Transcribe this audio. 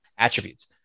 attributes